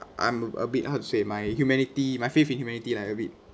I'm a bit how to say my humanity my faith in humanity like a bit